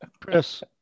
Chris